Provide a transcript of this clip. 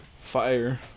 Fire